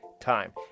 time